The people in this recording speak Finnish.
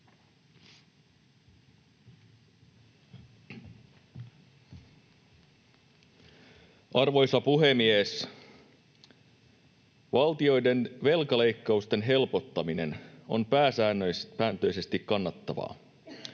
Arvoisa puhemies! Valtioiden velkaleikkausten helpottaminen on pääsääntöisesti kannatettavaa.